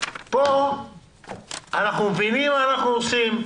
כאן אנחנו מבינים מה אנחנו עושים.